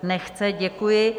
Nechce, děkuji.